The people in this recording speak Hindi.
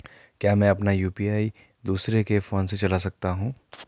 क्या मैं अपना यु.पी.आई दूसरे के फोन से चला सकता हूँ?